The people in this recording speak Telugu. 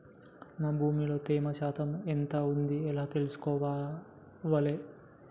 నా భూమి లో తేమ శాతం ఎంత ఉంది ఎలా తెలుసుకోవాలే?